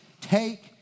Take